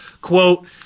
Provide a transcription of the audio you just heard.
quote